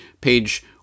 page